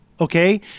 okay